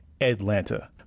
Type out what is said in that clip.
Atlanta